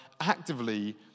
actively